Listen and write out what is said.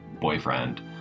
boyfriend